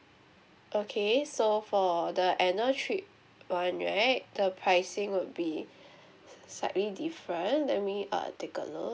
okay so for the annual trip one right the pricing would be slightly different let me err take a look